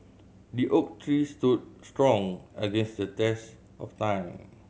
the oak tree stood strong against the test of time